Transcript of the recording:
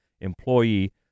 employee